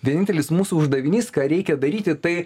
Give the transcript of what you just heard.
vienintelis mūsų uždavinys ką reikia daryti tai